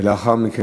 ואחריה,